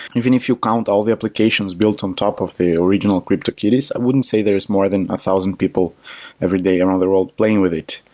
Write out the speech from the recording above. even if you count all the applications built on top of the original cryptok itties, i wouldn't say there's more than a thousand people every day around the world playing with it.